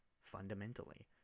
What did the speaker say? fundamentally